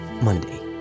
Monday